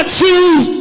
choose